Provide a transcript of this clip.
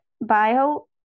bio